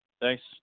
Thanks